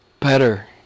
better